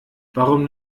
warum